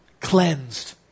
cleansed